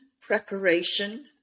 preparation